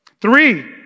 Three